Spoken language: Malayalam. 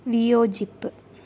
വിയോജിപ്പ്